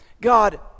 God